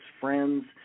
friends